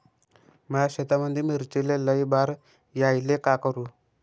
माया शेतामंदी मिर्चीले लई बार यायले का करू?